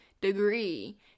degree